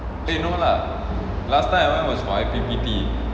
eh no lah last time I went was for I_P_P_T